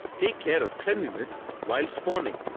take care of cleanness while spawning.